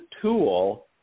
tool